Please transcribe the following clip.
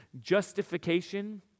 justification